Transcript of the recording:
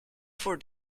for